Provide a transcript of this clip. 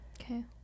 Okay